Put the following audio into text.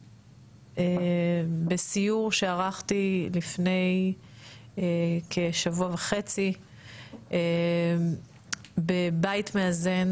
בסיור שערכתי לפני כשבוע וחצי בבית מאזן,